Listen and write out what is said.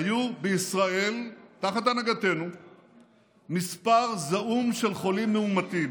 היה בישראל תחת הנהגתנו מספר זעום של חולים מאומתים,